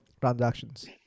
transactions